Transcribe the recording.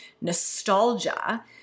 nostalgia